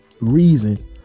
reason